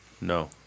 No